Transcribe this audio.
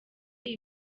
iyi